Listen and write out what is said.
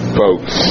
folks